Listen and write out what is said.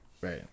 Right